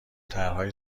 طرحهای